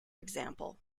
example